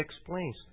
explains